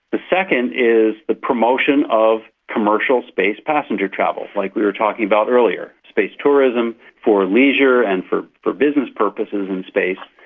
the second is the promotion of commercial space passenger travel, like we were talking about earlier, space tourism for leisure and for for business purposes in space,